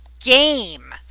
game